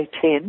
ten